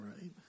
right